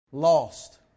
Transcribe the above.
Lost